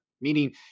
meaning